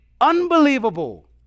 Unbelievable